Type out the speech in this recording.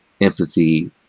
empathy